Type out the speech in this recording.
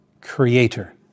creator